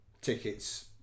tickets